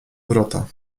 wrota